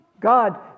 God